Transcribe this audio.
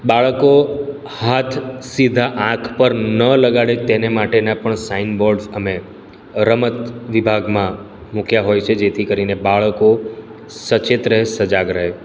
બાળકો હાથ સીધા આંખ પર ન લગાડે તેને માટેના પણ સાઇન બોર્ડ્સ અમે રમત વિભાગમાં મુક્યા હોય છે જેથી કરીને બાળકો સચેત રહે સજાગ રહે